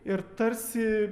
ir tarsi